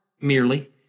merely